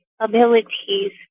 Abilities